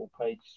page